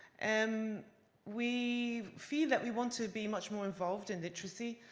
and we feel that we want to be much more involved in literacy.